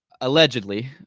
Allegedly